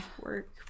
work